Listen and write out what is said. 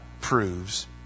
proves